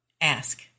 ask